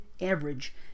average